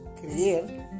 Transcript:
creer